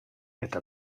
eta